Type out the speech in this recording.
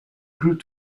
group